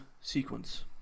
sequence